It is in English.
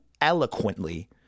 eloquently